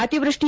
ಅತಿವೃಷ್ಟಿ